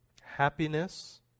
happiness